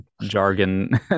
jargon